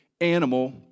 animal